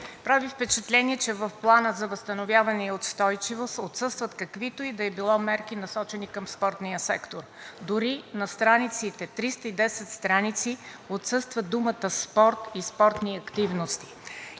Прави впечатление, че в Плана за възстановяване и устойчивост отсъстват каквито и да е било мерки, насочени към спортния сектор, дори на 310 страници отсъства думите спорт и спортни активности.